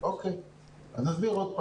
מה השאלה?